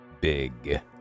big